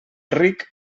ric